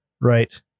Right